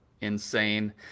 insane